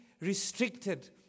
restricted